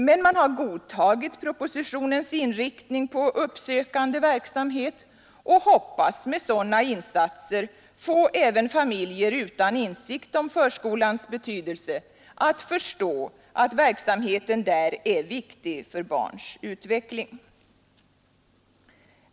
Men man har godtagit propositionens inriktning på uppsökande verksamhet och hoppas med sådana insatser få även familjer utan insikt om förskolans betydelse att förstå att verksamheten där är viktig för barns utveckling.